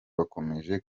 wakomeje